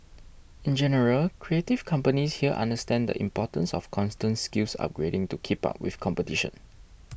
in general creative companies here understand the importance of constant skills upgrading to keep up with competition